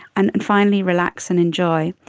and and finally, relax and enjoy.